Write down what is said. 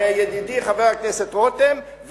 ידידי חבר הכנסת רותם,